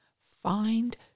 find